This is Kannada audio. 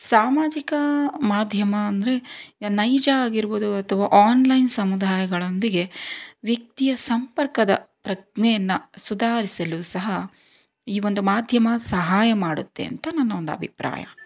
ಸಾಮಾಜಿಕ ಮಾಧ್ಯಮ ಅಂದರೆ ನೈಜ ಆಗಿರ್ಬೋದು ಅಥವಾ ಆನ್ಲೈನ್ ಸಮುದಾಯಗಳೊಂದಿಗೆ ವ್ಯಕ್ತಿಯ ಸಂಪರ್ಕದ ಪ್ರಜ್ಞೆಯನ್ನು ಸುಧಾರಿಸಲು ಸಹ ಈ ಒಂದು ಮಾಧ್ಯಮ ಸಹಾಯ ಮಾಡುತ್ತೆ ಅಂತ ನನ್ನ ಒಂದು ಅಭಿಪ್ರಾಯ